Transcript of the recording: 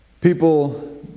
People